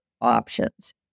options